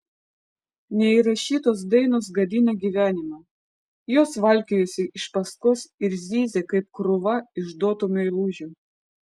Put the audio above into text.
neįrašytos dainos gadina gyvenimą jos valkiojasi iš paskos ir zyzia kaip krūva išduotų meilužių